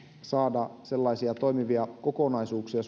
saada suunnitellussa aikataulussa sellaisia toimivia kokonaisuuksia